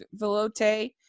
velote